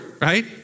right